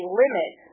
limit